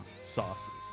Sauces